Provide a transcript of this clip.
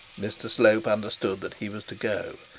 mr slope understood that he was to go,